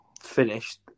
finished